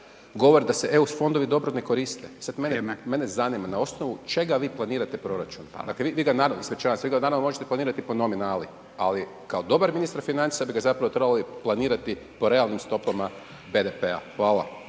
govori da se EU fondovi dobro ne koriste. Sad mene …/Upadica: Vrijeme./… zanima na osnovu čega vi planirat proračun? Vi ga …/nerazumljivo/… možete planirati po nominali, ali kao dobar ministar financija bi ga zapravo trebali planirati po realnim stopama BDP-a. Hvala.